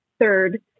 third